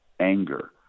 anger